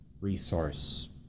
resource